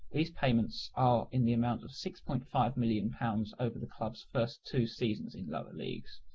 these payments are in the amount of six point five million pounds over the club's first two seasons in lower leagues.